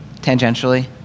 Tangentially